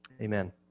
Amen